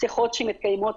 שיחות שמתקיימות,